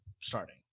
starting